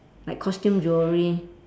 like costume jewellery